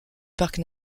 parc